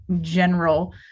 general